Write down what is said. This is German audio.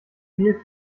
viel